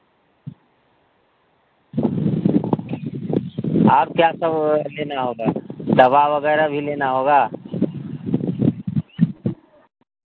और सब क्या लेना होगा दवा वगैरह भी लेना होगा